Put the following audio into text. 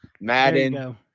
Madden